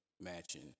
matching